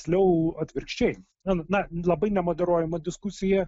tiksliau atvirkščiai na na labai nemoderuojama diskusija